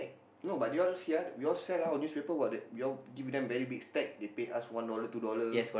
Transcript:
no but you all see ah we all sell our newspaper got that we all give them very big stack they pay us one dollar two dollar